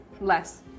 Less